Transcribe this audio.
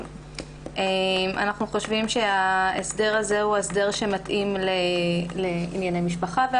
אנחנו חושבים שההסדר הזה הוא ההסדר המתאים לענייני משפחה.